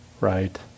right